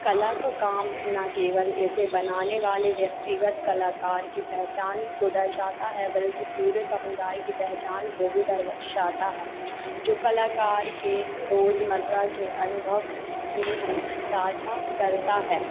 कला का काम न केवल इसे बनाने वाले व्यक्तिगत कलाकार की पहचान को दर्शाता है बल्कि पूरे समुदाय की पहचान को भी दर्शाता है जो कलाकार के रोजमर्रा के अनुभव को साझा करता है